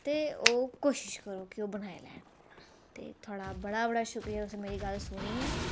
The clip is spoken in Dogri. ते ओह् कोशिश करो ओह् बनाई लैन ते थोह्ड़ा बड़ा बड़ा शुक्रिया तुसें मेरी गल्ल सुनी ऐ